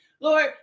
Lord